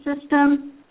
system